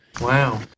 Wow